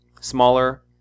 smaller